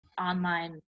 online